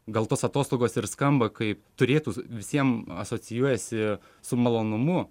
gal tos atostogos ir skamba kaip turėtų visiem asocijuojasi su malonumu